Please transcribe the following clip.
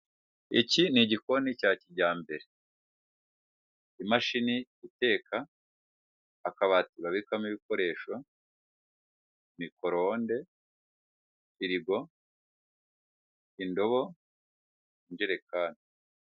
Iki ni igikoni cya kijyambere imashini iteka, akabati babikamo ibikoresho, mikoro onde firigo, indobo, ngerekani.